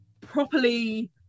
properly